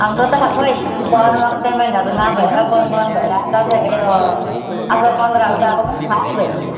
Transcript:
हाम्रो त खै बगानमा पेमेन्टहरू नभएर बन्द बन्द भएर दसैँ उयो असार पन्ध्रहरू गएको पनि थाहै भएन